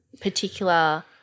particular